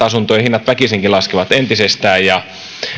asuntojen hinnat väkisinkin laskevat entisestään